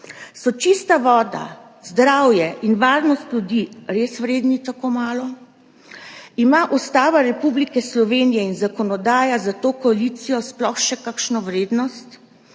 So čista voda, zdravje in varnost ljudi res vredni tako malo? Imata Ustava Republike Slovenije in zakonodaja za to koalicijo sploh še kakšno vrednost?